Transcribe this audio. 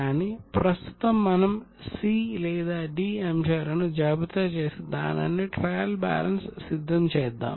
కానీ ప్రస్తుతం మనం C లేదా D అంశాలను జాబితా చేసి దాని నుండి ట్రయల్ బ్యాలెన్స్ సిద్ధం చేద్దాం